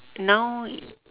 now